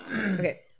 Okay